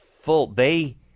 full—they